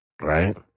Right